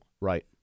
Right